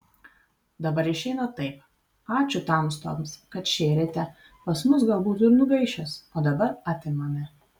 dabar išeina taip ačiū tamstoms kad šėrėte pas mus gal būtų ir nugaišęs o dabar atimame